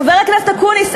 חבר הכנסת אקוניס,